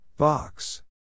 Box